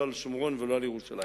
לא על שומרון ולא על ירושלים.